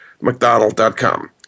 mcdonald.com